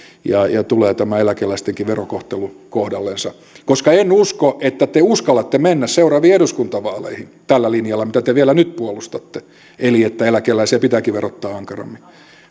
ja ja tulee tämä eläkeläistenkin verokohtelu kohdallensa koska en usko että te uskallatte mennä seuraaviin eduskuntavaaleihin tällä linjalla mitä te vielä nyt puolustatte eli että eläkeläisiä pitääkin verottaa ankarammin